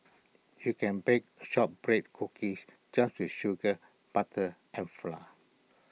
you can bake Shortbread Cookies just with sugar butter and flan